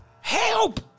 Help